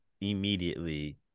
immediately